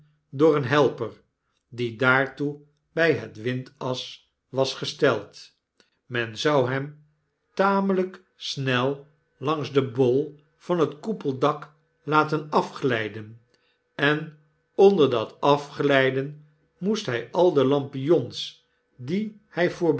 door een helper die daartoe bij het windas was gesteld men zou hem tamlyk snel langs den bol van het koepeldak laten afglyden en onder dat afglyden moest hy al de lampions die hy